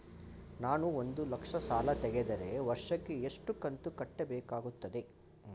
ನಾನು ಒಂದು ಲಕ್ಷ ಸಾಲ ತೆಗೆದರೆ ವರ್ಷಕ್ಕೆ ಎಷ್ಟು ಕಂತು ಕಟ್ಟಬೇಕಾಗುತ್ತದೆ?